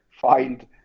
find